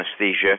anesthesia